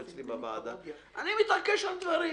דברים,